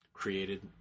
created